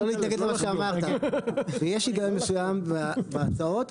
ויש היגיון מסוים בהצעות,